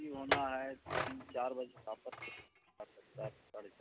ہونا ہے تین چار بجے